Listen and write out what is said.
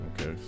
Okay